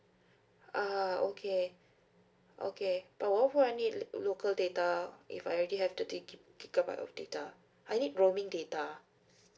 uh okay okay but what for I need local local data if I already have thirty gigabyte gigabyte of data I need roaming data